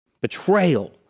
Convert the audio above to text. Betrayal